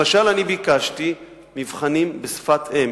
למשל, אני ביקשתי מבחנים בשפת אם.